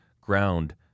ground